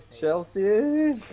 Chelsea